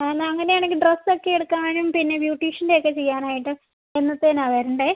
എന്നാൽ അങ്ങനെ ആണെങ്കിൽ ഡ്രസ്സ് ഒക്കെ എടുക്കാനും പിന്നെ ബ്യൂട്ടീഷ്യൻ്റെ ഒക്കെ ചെയ്യാനായിട്ട് എന്നത്തേതിനാണ് വരേണ്ടത്